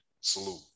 Salute